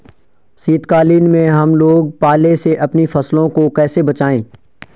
शीतकालीन में हम लोग पाले से अपनी फसलों को कैसे बचाएं?